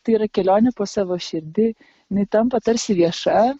tai yra kelionė po savo širdį jinai tampa tarsi vieša